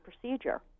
procedure